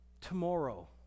Tomorrow